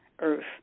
earth